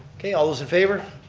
okay all those in favor.